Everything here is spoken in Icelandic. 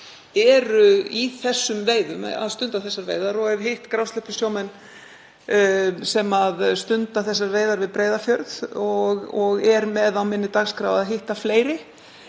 eru í þessum veiðum, stunda þessar veiðar. Ég hef hitt grásleppusjómenn sem stunda þessar veiðar við Breiðafjörð og er með á minni dagskrá að hitta fleiri.